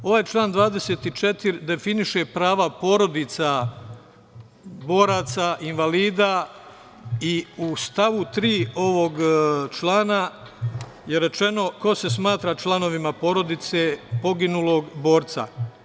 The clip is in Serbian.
Ovaj član 24. definiše prava porodica boraca, invalida i u stavu 3. ovog člana je rečeno ko se smatra članovima porodice, poginulog borca.